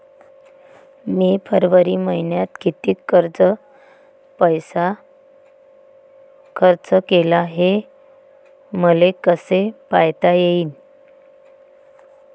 मी फरवरी मईन्यात कितीक पैसा खर्च केला, हे मले कसे पायता येईल?